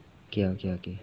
okay okay okay